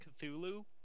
Cthulhu